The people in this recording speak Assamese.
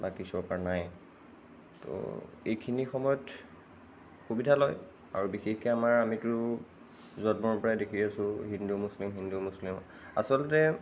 বা কি চৰকাৰ নাই তো এইখিনি সময়ত সুবিধা লয় আৰু বিশেষকৈ আমাৰ আমিতো জন্মৰ পৰাই দেখি আহিছোঁ হিন্দু মুছলিম হিন্দু মুছলিম আচলতে